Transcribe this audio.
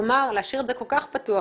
אבל להשאיר את זה כל כך פתוח,